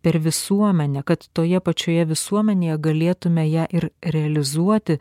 per visuomenę kad toje pačioje visuomenėje galėtume ją ir realizuoti